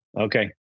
Okay